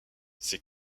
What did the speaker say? ses